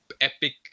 epic